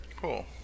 Cool